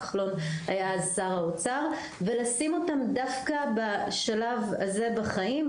כחלון היה אז שר האוצר ולשים אותם דווקא בשלב הזה בחיים,